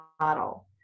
model